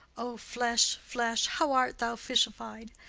o flesh, flesh, how art thou fishified!